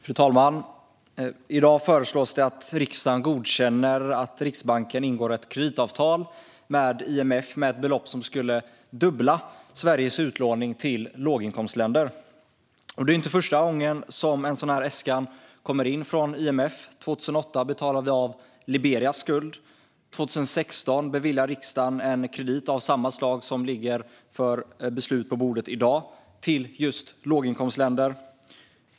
Fru talman! I dag föreslås att riksdagen ska godkänna att Riksbanken ingår ett kreditavtal med IMF om ett belopp som skulle dubbla Sveriges utlåning till låginkomstländer. Det är inte första gången ett sådant äskande kommer från IMF. År 2008 betalade vi av Liberias skuld. År 2016 beviljade riksdagen en kredit, av samma slag som ligger på bordet för beslut i dag, till just låginkomstländer.